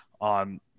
on